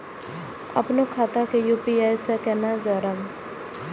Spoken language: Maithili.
अपनो खाता के यू.पी.आई से केना जोरम?